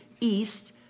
east